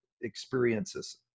experiences